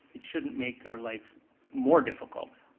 it shouldn't make our life more difficult,